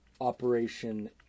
operation